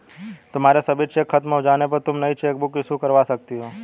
तुम्हारे सभी चेक खत्म हो जाने पर तुम नई चेकबुक इशू करवा सकती हो